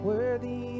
Worthy